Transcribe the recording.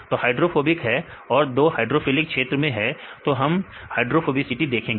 तो 2 हाइड्रोफोबिक हैं और 2 हाइड्रोफिलिक क्षेत्र में है तो अब हम हाइड्रोफोबिसिटी देखेंगे